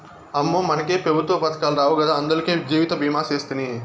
అమ్మో, మనకే పెఋత్వ పదకాలు రావు గదా, అందులకే జీవితభీమా సేస్తిని